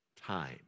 time